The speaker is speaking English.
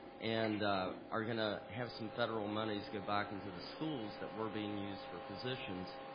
and are gonna have some federal monies go back into the schools that were being used for positions,